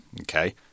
Okay